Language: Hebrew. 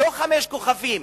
לא חמישה כוכבים.